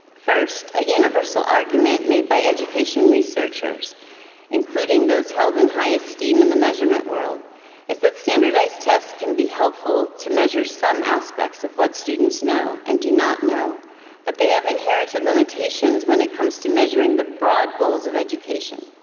first, a universal argument made by education researchers including those held in high esteem in the measurement world is that standardized tests can be helpful to measure some aspects of what students know and do not know but they have inherited limitations when it comes to measuring the broad goals of education.